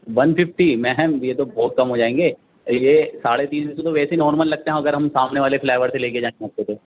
one fifty ma'am یہ تو بہت کم ہو جائیں گے یہ ساڑھے تین سو تو ویسے نارمل لگتے ہیں اور اگر ہم سامنے والے فلائی اوور سے لے کے جائیں گے آپ کو تو